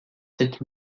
sept